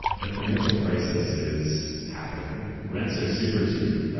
the financial crisis is happening. rents are super cheap.